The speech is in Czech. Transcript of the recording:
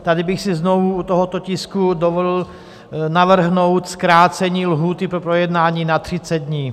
Tady bych si znovu u tohoto tisku dovolil navrhnout zkrácení lhůty pro projednání na 30 dní.